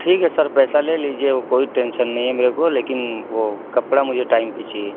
ٹھیک ہے سر پیسہ لے لیجیے وہ کوئی ٹینشن نہیں ہے میرے لیکن وہ کپڑا مجھے ٹائم پہ چاہیے